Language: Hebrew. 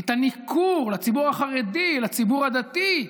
את הניכור לציבור החרדי, לציבור הדתי.